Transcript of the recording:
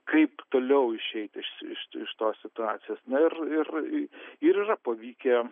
kaip toliauišeit iš iš iš tos situacijos na ir ir ir ir yra pavykę